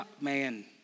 man